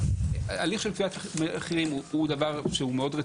הליך של קביעת מחירים הוא מאוד רציני.